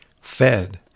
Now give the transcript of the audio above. fed